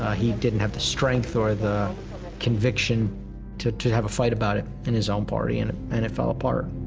he didn't have the strength or the conviction to, to have a fight about it in his own party, and it, and it fell apart.